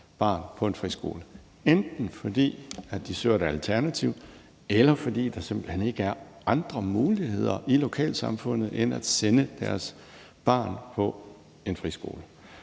barn på en friskole, enten fordi de søger et alternativ, eller fordi der simpelt hen ikke er andre muligheder i lokalsamfundet end at sende deres barn på en friskole.